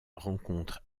rencontre